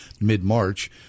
mid-March